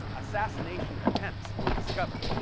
assassination attempts were discovered,